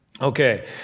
Okay